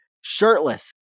shirtless